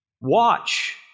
Watch